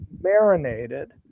marinated